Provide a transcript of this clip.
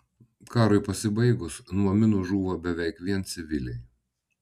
karui pasibaigus nuo minų žūva beveik vien civiliai